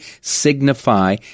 signify